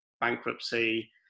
bankruptcy